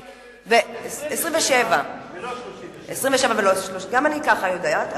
1927 ולא 1937. 1927. גם אני יודעת כך.